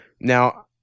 Now